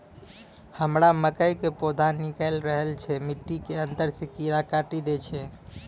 हमरा मकई के पौधा निकैल रहल छै मिट्टी के अंदरे से कीड़ा काटी दै छै?